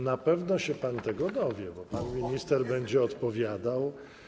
Na pewno się pan tego dowie, bo pan minister będzie odpowiadał.